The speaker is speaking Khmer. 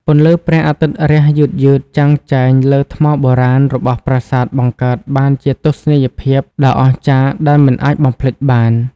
ពន្លឺព្រះអាទិត្យរះយឺតៗចាំងចែងលើថ្មបុរាណរបស់ប្រាសាទបង្កើតបានជាទស្សនីយភាពដ៏អស្ចារ្យដែលមិនអាចបំភ្លេចបាន។